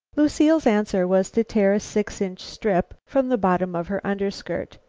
lucile's answer was to tear a six-inch strip from the bottom of her underskirt.